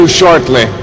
shortly